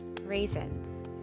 raisins